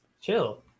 chill